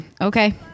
okay